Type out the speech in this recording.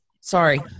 Sorry